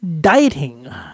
Dieting